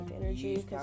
energy